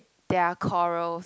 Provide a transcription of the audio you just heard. there are corals